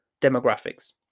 demographics